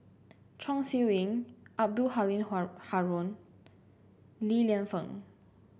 Chong Siew Ying Abdul Halim Haron Li Lienfung